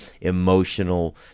emotional